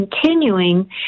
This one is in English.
continuing